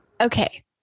Okay